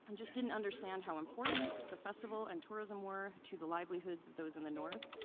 and just didn't understand how important the festival and tourism were to the livelihoods of those in the north.